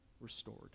restored